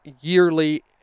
yearly